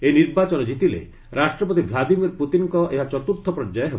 ଏହି ନିର୍ବାଚନ ଜିତିଲେ ରାଷ୍ଟ୍ରପତି ଭ୍ଲାଦିମିର ପୁତିନଙ୍କ ଏହା ଚତୁର୍ଥ ପର୍ଯ୍ୟାୟ ହେବ